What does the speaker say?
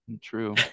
True